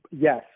yes